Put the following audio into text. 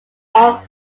all